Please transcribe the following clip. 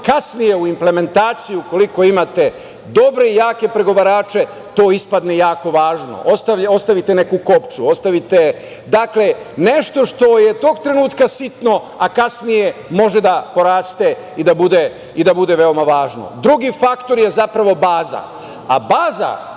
kasnije u implementaciji, ukoliko imate dobre i jake pregovarače, to ispadne jako važno, ostavite neku kopču, ostavite nešto što je tog trenutka sitno, a kasnije može da poraste i da bude veoma važno. Drugi faktor je zapravo baza,